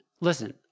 listen